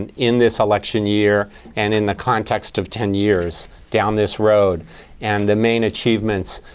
and in this election year and in the context of ten years down this road and the main achievements.